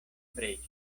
preĝas